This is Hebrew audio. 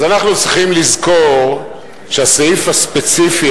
אז אנחנו צריכים לזכור שהסעיף הספציפי